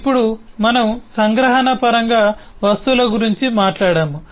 ఇప్పుడు మనము సంగ్రహణ పరంగా వస్తువుల గురించి మాట్లాడాము